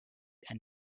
and